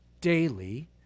daily